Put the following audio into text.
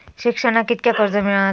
शिक्षणाक कीतक्या कर्ज मिलात?